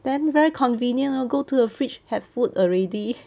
then very convenient ah go to the fridge have food already